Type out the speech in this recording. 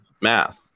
math